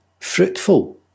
fruitful